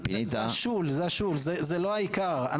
זה השול, זה לא העיקר.